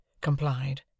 complied